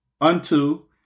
unto